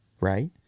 right